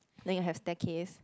then you have staircase